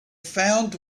found